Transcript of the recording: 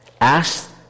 Ask